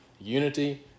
unity